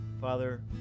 father